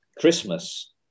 Christmas